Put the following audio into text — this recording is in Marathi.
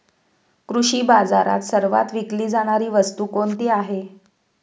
कृषी बाजारात सर्वात विकली जाणारी वस्तू कोणती आहे?